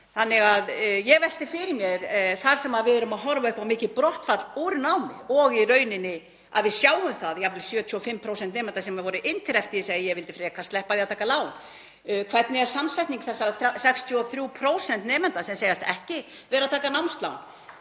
Þannig að ég velti fyrir mér, þar sem við erum að horfa upp á mikið brottfall úr námi og við sjáum það að jafnvel 75% nemenda sem voru innt eftir því sögðu: Ég vildi frekar sleppa því að taka lán — hvernig er samsetning þessara 63% nemenda sem segjast ekki vera að taka námslán?